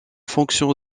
fonction